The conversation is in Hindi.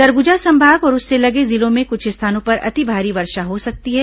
सरगुजा संभाग और उससे लगे जिलों में कुछ स्थानों पर अतिभारी वर्षा हो सकती है